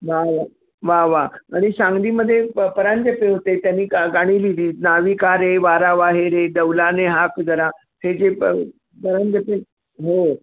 वा वा आणि सांगलीमध्ये प परांजपे होते त्यांनी का गाणी लिहिली नाविका रे वारा वाहे रे डौलाने हाक जरा हे जे प परांजपे हो